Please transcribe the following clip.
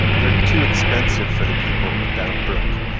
they're too expensive for the people of bound brook.